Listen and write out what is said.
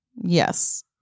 Yes